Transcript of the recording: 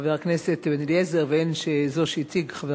חבר הכנסת בן-אליעזר והן זו שהציג חבר